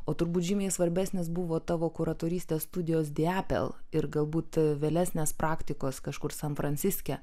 o turbūt žymiai svarbesnis buvo tavo kuratorystės studijos diapel ir galbūt vėlesnės praktikos kažkur san franciske